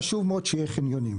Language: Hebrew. חשוב מאוד שיהיו חניונים.